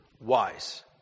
wise